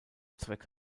zweck